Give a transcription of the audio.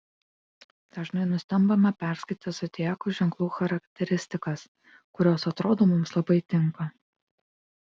dažnai nustembame perskaitę zodiako ženklų charakteristikas kurios atrodo mums labai tinka